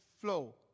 flow